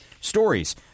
stories